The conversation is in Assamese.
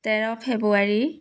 তেৰ ফেব্ৰুৱাৰী